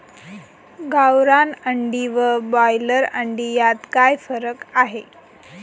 गावरान अंडी व ब्रॉयलर अंडी यात काय फरक आहे?